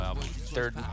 third